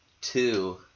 two